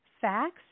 facts